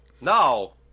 No